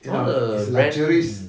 all the brand